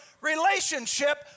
relationship